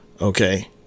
Okay